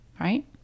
right